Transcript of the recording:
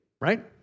right